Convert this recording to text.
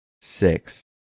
six